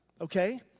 okay